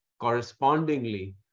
correspondingly